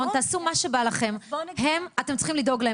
הנכים צריכים תוצאה בשטח.